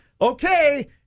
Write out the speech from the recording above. okay